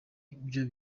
byo